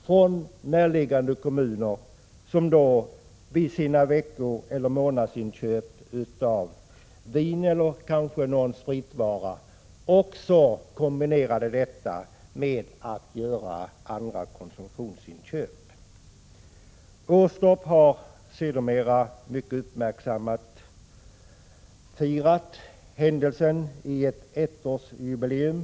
Invånare i närliggande kommuner som åkte till Åstorp för sina veckoeller månadsinköp av vin eller kanske någon spritvara kombinerade detta med att göra andra konsumtionsinköp. Åstorp har sedermera mycket uppmärksammat firat händelsen vid ett ettårsjubileum.